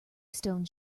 stones